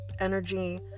energy